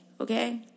okay